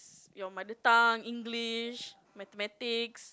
your mother tongue English mathematics